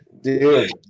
Dude